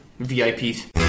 VIPs